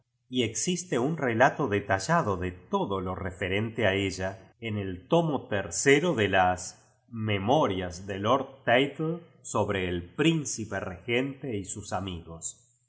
y existe un relato detallado de todo lo referente a ella en el tomo tercero de las memorias de lord tattlé sobre el prin cipe leyente y sus amigos